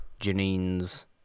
Janine's